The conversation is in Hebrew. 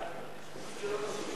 סעיף 2